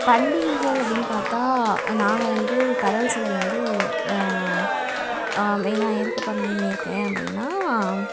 பண்டிகைகள் அப்படினு பார்த்தா நாங்கள் வந்து கடவுள் சிலை வந்து மெயினாக எதுக்கு பண்ணியிருக்கேன் அப்படின்னா